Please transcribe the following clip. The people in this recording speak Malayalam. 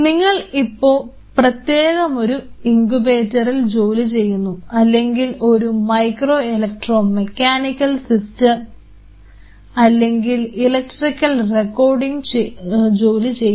നിങ്ങൾ ഇപ്പൊ പ്രത്യേകമൊരു ഇൻകുബേറ്ററിൽ ജോലിചെയ്യുന്നു അല്ലെങ്കിൽ ഒരു മൈക്രോ ഇലക്ട്രോ മെക്കാനിക്കൽ സിസ്റ്റം അല്ലെങ്കിൽ ഇലക്ട്രിക്കൽ റെക്കോർഡിങ് ജോലി ചെയ്യുന്നു